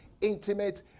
intimate